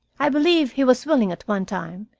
i believe he was willing at one time,